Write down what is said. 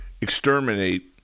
exterminate